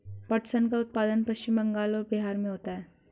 पटसन का उत्पादन पश्चिम बंगाल और बिहार में होता है